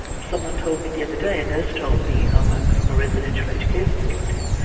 someone told me the other day, a nurse told me, um ah from a residential aged care facility,